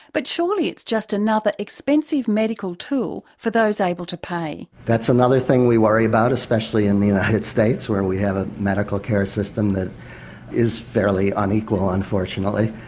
but surely it's just another expensive medical tool for those able to pay? that's another thing we worry about especially in the united states, where we have a medical care system that is fairly unequal, unfortunately,